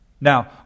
Now